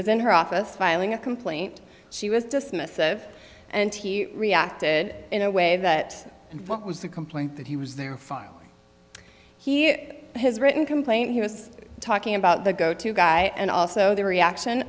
was in her office filing a complaint she was dismissive and he reacted in a way that was the complaint that he was there are funny he has written complaint he was talking about the go to guy and also the reaction